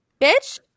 Bitch